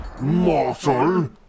mortal